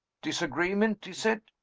disagreement? he said.